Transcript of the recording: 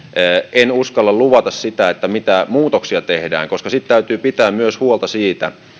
en uskalla luvata sitä mitä muutoksia tehdään koska täytyy myös pitää huolta siitä